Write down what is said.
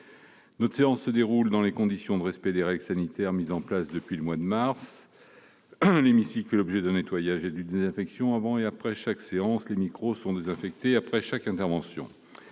notre séance se déroule dans les conditions de respect des règles sanitaires mises en place depuis le mois de mars. L'hémicycle fait l'objet d'un nettoyage et d'une désinfection avant et après chaque séance, et les micros seront désinfectés après chaque intervention.